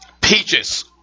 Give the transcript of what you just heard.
Peaches